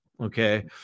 Okay